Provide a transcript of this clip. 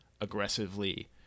aggressively